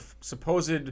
supposed